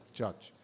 judge